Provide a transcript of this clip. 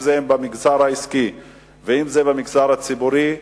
אם זה במגזר העסקי ואם זה במגזר הציבורי,